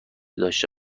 داشته